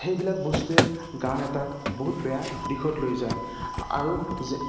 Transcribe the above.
সেইবিলাক বস্তুৱে গান এটাক বহুত বেয়া দিশত লৈ যায় আৰু